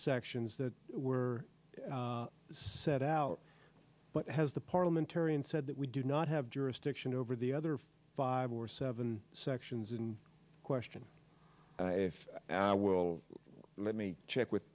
sections that were set out but has the parliamentarian said that we do not have jurisdiction over the other five or seven sections in question if i will let me check with